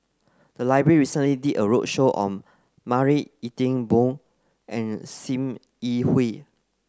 the library recently did a roadshow on Marie Ethel Bong and Sim Yi Hui